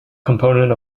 component